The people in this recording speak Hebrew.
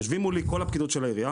יושבים מולי כל הפקידות של העירייה,